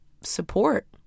support